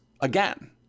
again